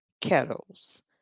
kettles